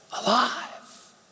alive